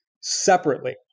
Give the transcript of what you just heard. separately